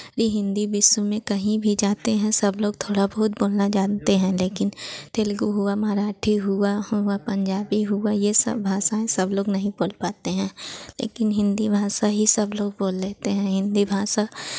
हिन्दी विश्व में कहीं भी जाते हैं सब लोग थोड़ा बहुत बोलना जानते हैं लेकिन तेलुगु हुआ मराठी हुआ हुआ पंजाबी हुआ ये सब भाषाएँ सब लोग नहीं बोल पाते हैं लेकिन हिन्दी भाषा ही सब लोग बोल लेते हैं हिन्दी भाषा